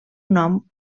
nom